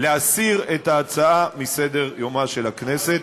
להסיר את ההצעה מסדר-יומה של הכנסת.